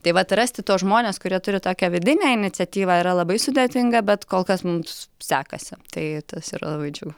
tai vat rasti tuos žmones kurie turi tokią vidinę iniciatyvą yra labai sudėtinga bet kol kas mums sekasi tai tas yra labai džiugu